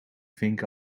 think